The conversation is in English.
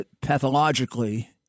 pathologically